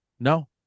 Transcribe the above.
No